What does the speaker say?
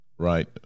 right